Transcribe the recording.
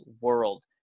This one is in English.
world